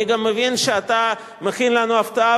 אני גם מבין שאתה מכין לנו הפתעה,